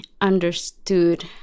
understood